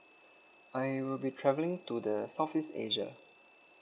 I will be travelling to the southeast asia